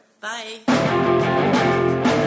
bye